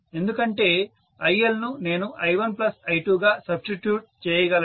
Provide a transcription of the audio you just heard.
ఎందుకంటే IL ను నేను I1I2 గా సబ్స్టిట్యూట్ చేయగలను